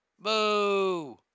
Boo